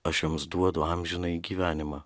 aš joms duodu amžinąjį gyvenimą